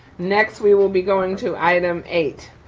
next, we will be going to item eight.